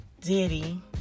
Diddy